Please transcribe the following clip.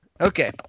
Okay